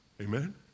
Amen